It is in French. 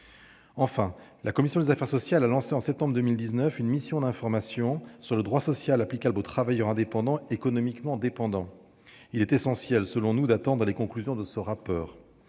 Enfin, la commission des affaires sociales a lancé, en septembre 2019, une mission d'information sur le droit social applicable aux travailleurs indépendants économiquement dépendants. Il est essentiel, selon nous, d'attendre les conclusions de ce rapport.